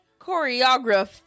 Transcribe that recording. Choreography